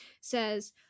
says